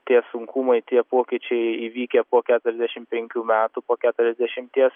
tie sunkumai tie pokyčiai įvykę po keturiasdešim penkių metų po keturiasdešimties